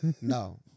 No